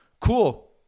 cool